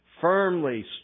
firmly